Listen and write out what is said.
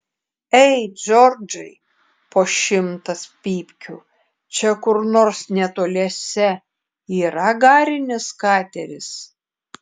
ei džordžai po šimtas pypkių čia kur nors netoliese yra garinis kateris